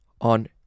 On